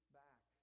back